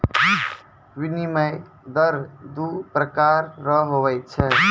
विनिमय दर दू प्रकार रो हुवै छै